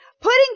Putting